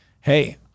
Hey